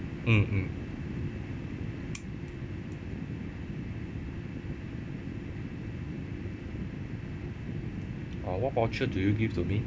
mm mm oh what voucher do you give to me